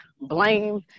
blame